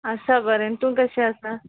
आसा बरें तूं कशें आसा